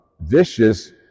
vicious